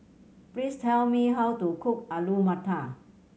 please tell me how to cook Alu Matar